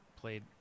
played